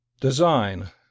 Design